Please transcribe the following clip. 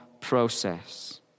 process